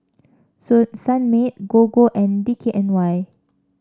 Sunmaid Gogo and D K N Y